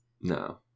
No